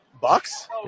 Bucks